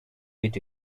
eat